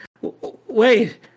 wait